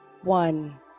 one